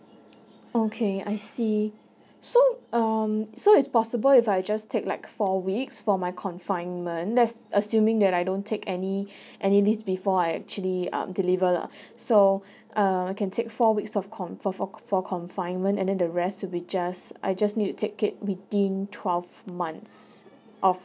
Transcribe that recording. okay I see so um so is possible if I just take like four weeks for my confinement that's assuming that I don't take any any leave before I actually um deliver lah so err can take four weeks of com for for for con for confinement and then the rest will be just I just need to take it within twelve months of